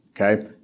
Okay